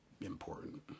important